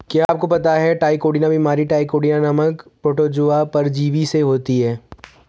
क्या आपको पता है ट्राइकोडीना बीमारी ट्राइकोडीना नामक प्रोटोजोआ परजीवी से होती है?